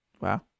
Wow